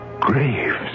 Graves